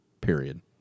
Period